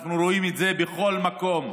אנחנו רואים את זה בכל מקום.